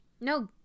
No